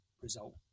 result